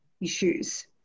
issues